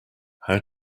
how